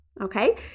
Okay